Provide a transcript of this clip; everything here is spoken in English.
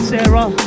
Sarah